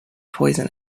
poison